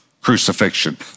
crucifixion